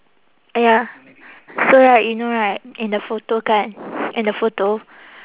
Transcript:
ya so right you know right in the photo kan in the photo